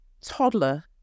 toddler